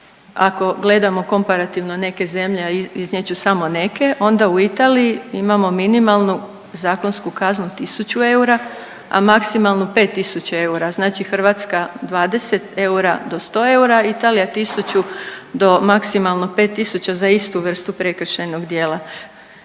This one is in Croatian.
ako gledamo komparativno neke zemlje, a iznijet ću samo neke, onda u Italiji imamo minimalnu zakonsku kaznu 1 000 eura, a maksimalno 5 000 eura, znači Hrvatska 20 eura do 100 eura, Italija 1 000 do maksimalno 5 000 za istu vrstu prekršajnog djela.